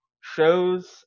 shows